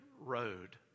road